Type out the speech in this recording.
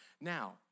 Now